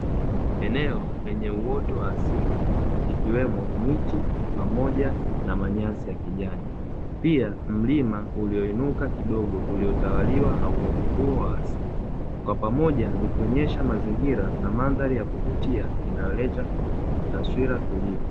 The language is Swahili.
Eneo lenye uoto wa asili ikiwemo miti pamoja na manyasi ya kijani pia mlima ulioinuka kidogo uliotawaliwa na uoto huo wa asili, kwa pamoja vikionyesha mazingira na mandhari ya kuvutia inayoleta taswira tulivu.